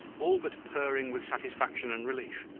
all but purring with satisfaction and relief,